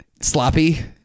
sloppy